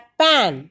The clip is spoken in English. pan